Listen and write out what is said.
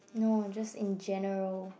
no just in general